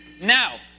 Now